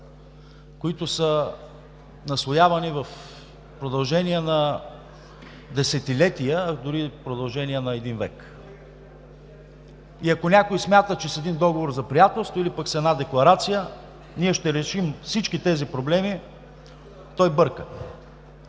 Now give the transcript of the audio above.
които са наслоявани в продължение на десетилетия, а дори в продължение на един век. Ако някой смята, че с един договор за приятелство или с една декларация ще решим всички тези проблеми, той бърка.